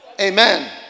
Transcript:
Amen